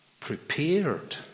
prepared